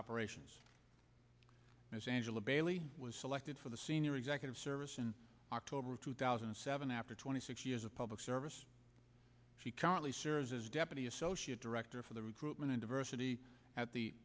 operations as angela bailey was selected for the senior executive service in october of two thousand and seven after twenty six years of public service she currently serves as deputy associate director for the recruitment and diversity at the